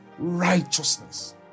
righteousness